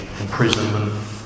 imprisonment